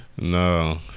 No